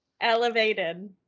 Elevated